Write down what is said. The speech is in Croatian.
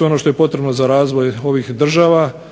ono što je potrebno za razvoj ovih država